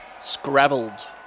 Scrabbled